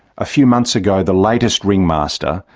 a few months ago the latest ringmaster,